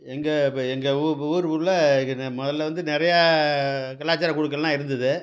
எங்கள் இப்போ எங்கள் ஊ ஊர் உள்ளே முதல்ல வந்து நிறையா கலாச்சார குழுக்கள்லாம் இருந்தது